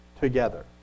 together